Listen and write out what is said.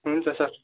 हुन्छ सर